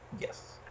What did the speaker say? Yes